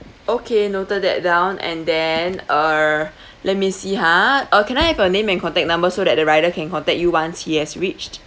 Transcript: okay noted that down and then err let me see ha uh can I have your name and contact number so that the rider can contact you once he has reached